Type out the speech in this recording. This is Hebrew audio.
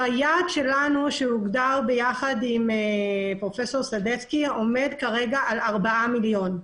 היעד שהגדרנו יחד עם פרופסור סדצקי עומד כרגע על ארבעה מיליון.